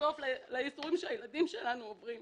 סוף לייסורים שהילדים שלנו עוברים.